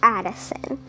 Addison